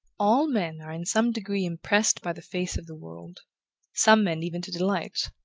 all men are in some degree impressed by the face of the world some men even to delight.